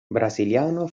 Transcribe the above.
brasiliano